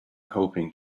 hoping